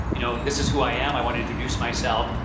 you know this is who i am. i want to introduce myself.